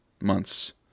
months